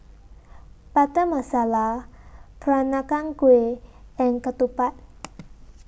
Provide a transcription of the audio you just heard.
Butter Masala Peranakan Kueh and Ketupat